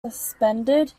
suspended